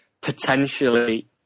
potentially